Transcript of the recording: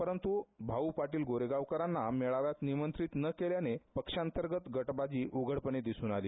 परंतू भाऊ पाटील गोरेगावकरांना मेळाव्या निमंत्रित न केल्याने पक्षांतर्गत गटबाजी उघडपणे दिसून आली